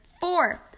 four